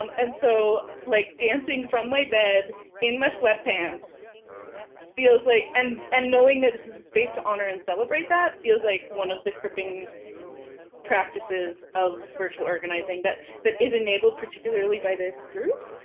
um and so like dancing from my bed in my sweatpants feels like. and and knowing that this is a space to honor and celebrate that feels like one of the cripping praxises of virtual organizing that that is enabled particularly by this group,